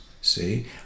See